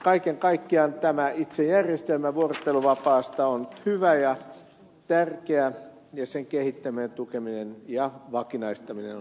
kaiken kaikkiaan tämä itse järjestelmä vuorotteluvapaasta on hyvä ja tärkeä ja sen kehittäminen ja tukeminen ja vakinaistaminen on positiivinen asia